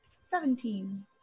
Seventeen